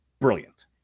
Brilliant